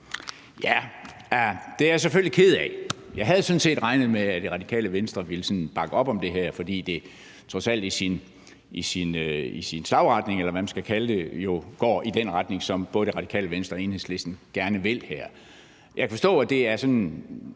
Det er jeg selvfølgelig ked af. Jeg havde sådan set regnet med, at Radikale Venstre ville bakke op om det her, fordi det trods alt går i den slagretning, eller hvad man skal kalde det, som både Radikale Venstre og Enhedslisten gerne vil her. Jeg kan forstå, at det sådan er